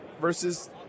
versus